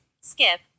Skip